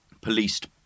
policed